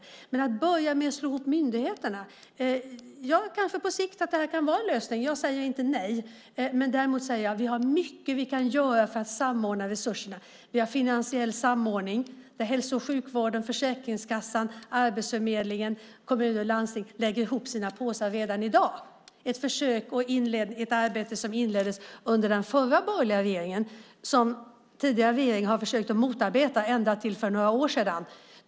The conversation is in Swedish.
Det handlar inte om att börja med att slå ihop myndigheterna. Det kan kanske vara en lösning på sikt. Jag säger inte nej. Däremot säger jag att vi har mycket vi kan göra för att samordna resurserna. Vi har redan i dag finansiell samordning där hälso och sjukvården, Försäkringskassan, Arbetsförmedlingen och kommuner och landsting lägger ihop sina påsar. Det är ett försök och ett arbete som inleddes under den förra borgerliga regeringen som den tidigare regeringen försökt att motarbeta ända till för några år sedan.